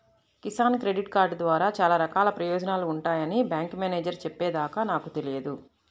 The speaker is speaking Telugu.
కిసాన్ క్రెడిట్ కార్డు ద్వారా చాలా రకాల ప్రయోజనాలు ఉంటాయని బ్యాంకు మేనేజేరు చెప్పే దాకా నాకు తెలియదు